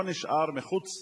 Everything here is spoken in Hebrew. לא נשאר מחוץ